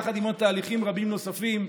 יחד עם עוד תהליכים רבים נוספים,